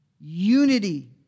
unity